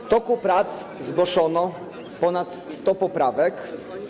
W toku prac zgłoszono ponad 100 poprawek.